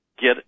get